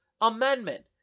Amendment